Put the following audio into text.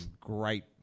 great